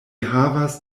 havas